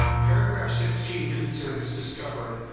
paragraph sixteen concerns discovery.